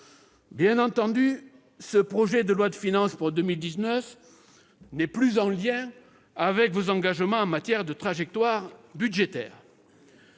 Bien entendu, ce projet de loi de finances pour 2019 n'est plus en lien avec vos engagements en matière de trajectoire budgétaire.